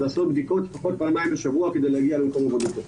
לעשות בדיקות פעמיים בשבוע כדי להגיע למקום עבודתו.